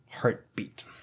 heartbeat